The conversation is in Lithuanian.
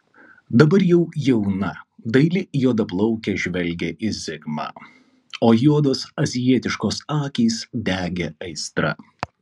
dabar jau jauna daili juodaplaukė žvelgė į zigmą o juodos azijietiškos akys degė aistra